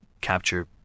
capture